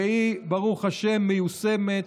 והיא, ברוך השם, מיושמת.